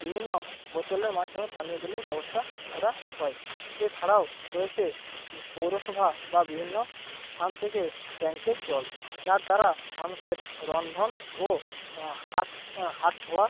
বিভিন্ন বোতলের মাধ্যমে পানীয় জলের ব্যবস্থা করা হয় এছাড়াও রয়েছে পৌরসভা বা বিভিন্ন স্থান থেকে ট্যাংকের জল যার দ্বারা মানুষের রন্ধন ও হাত হাত ধোয়া